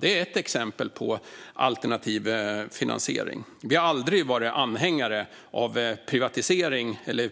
Det är ett exempel på alternativ finansiering. Vi har aldrig varit anhängare av privatisering eller